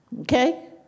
okay